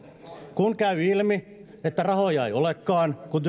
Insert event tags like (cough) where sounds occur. kun käy ilmi että rahoja ei olekaan kun (unintelligible)